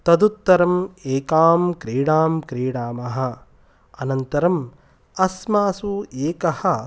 तदुत्तरम् एकां क्रीडां क्रीडामः अनन्तरम् अस्मासु एकः